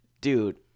dude